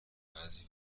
بعضی